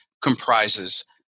comprises